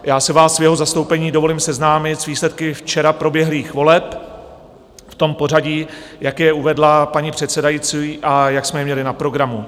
Já si vás v jeho zastoupení dovolím seznámit s výsledky včera proběhlých voleb v tom pořadí, jak je uvedla paní předsedající a jak jsme je měli na programu.